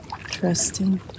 trusting